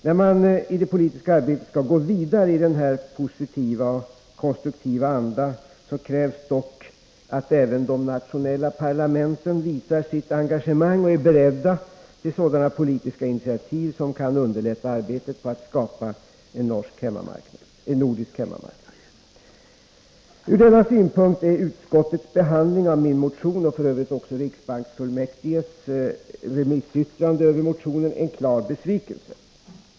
När man i det politiska arbetet skall gå vidare i denna positiva och konstruktiva anda krävs dock att även de nationella parlamenten visar sitt engagemang och är beredda till sådana politiska initiativ som kan underlätta arbetet på att skapa en nordisk hemmamarknad. Ur denna synpunkt är utskottets behandling av min motion och f. ö. också riksbanksfullmäktiges remissyttrande över motionen en klar besvikelse.